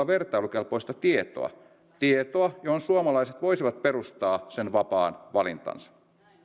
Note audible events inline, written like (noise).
(unintelligible) vertailukelpoista tietoa tietoa johon suomalaiset voisivat perustaa sen vapaan valintansa